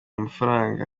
amafaranga